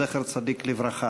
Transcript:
זכר צדיק לברכה,